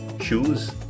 Shoes